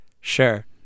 Sure